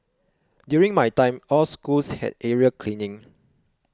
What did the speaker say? during my time all schools had area cleaning